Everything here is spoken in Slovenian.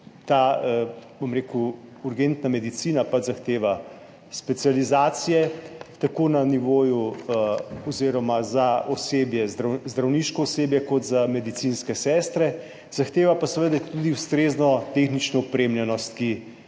Ta, bom rekel, urgentna medicina pač zahteva specializacije tako na nivoju oziroma za osebje, zdravniško osebje kot za medicinske sestre, zahteva pa seveda tudi ustrezno tehnično opremljenost, ki